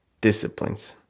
disciplines